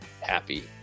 happy